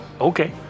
Okay